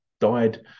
died